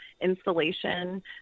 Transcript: installation